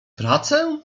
pracę